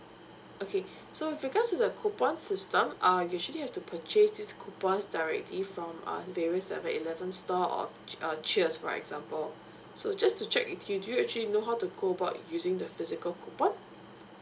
okay so with regards to the coupon system uh usually have to purchase these coupons directly from uh various seven eleven store or ch~ uh cheers for example so just to check with you do you actually know how to go about using the physical coupon